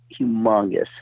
humongous